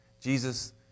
Jesus